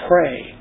pray